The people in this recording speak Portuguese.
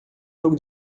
jogo